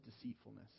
deceitfulness